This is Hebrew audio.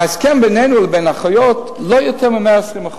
ההסכם בינינו לבין האחיות, לא יותר מ-120%.